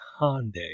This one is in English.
Hyundai